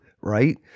right